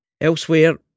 Elsewhere